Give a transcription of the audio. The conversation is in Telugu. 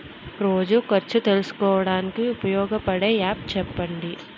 రోజు ఖర్చు తెలుసుకోవడానికి ఉపయోగపడే యాప్ చెప్పండీ?